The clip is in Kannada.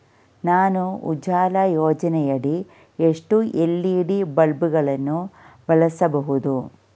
ನಾನು ಉಜಾಲ ಯೋಜನೆಯಡಿ ಎಷ್ಟು ಎಲ್.ಇ.ಡಿ ಬಲ್ಬ್ ಗಳನ್ನು ಬಳಸಬಹುದು?